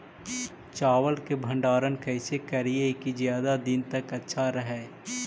चावल के भंडारण कैसे करिये की ज्यादा दीन तक अच्छा रहै?